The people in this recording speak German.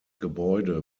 gebäude